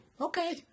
Okay